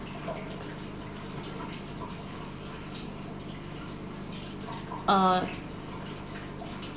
uh